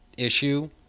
Issue